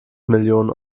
millionen